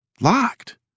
Locked